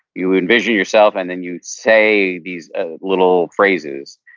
you envision yourself, and then you say these ah little phrases,